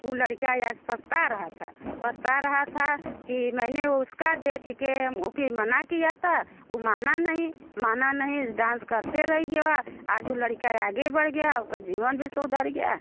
वो लड़िका आज पछता रहा था पछता रहा था कि मैंने उसको देख के उसको मना किया था वो माना नहीं माना नहीं डांस करते रह गवा आज वो लड़का आगे बढ़ गया उसका जीवन भी सुधर गया